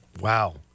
wow